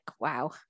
wow